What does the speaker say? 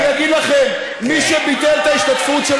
אני אגיד לכם: מי שביטל את ההשתתפות של